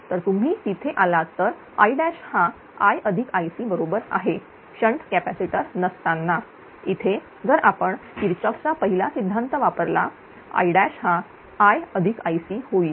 तर तुम्ही तिथे आलात तरI हा IIc बरोबर आहे शंट कॅपॅसिटर असताना इथे जर आपण किरचॉफ चा पहिला सिद्धांत वापरला I हा IIc होईल